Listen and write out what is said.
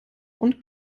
und